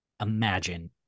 imagine